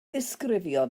ddisgrifio